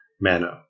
manner